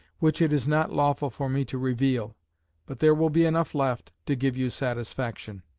which it is not lawful for me to reveal but there will be enough left, to give you satisfaction.